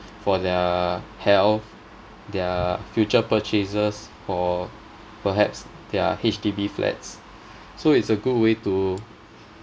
for their health their future purchases for perhaps their H_D_B flats so it's a good way to